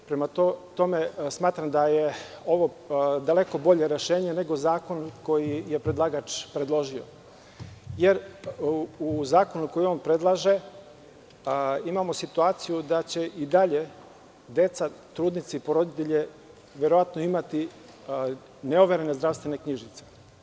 Prema tome, smatram da je ovo daleko bolje rešenje nego zakon koji je predlagač predložio, jer u zakonu koji on predlaže imamo situaciju da će i dalje deca, trudnice i porodilje verovatno imati neoverene zdravstvene knjižice.